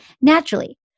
naturally